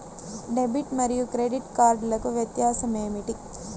Debit మరియు credit కార్డ్లకు వ్యత్యాసమేమిటీ?